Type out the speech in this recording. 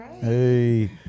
hey